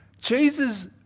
Jesus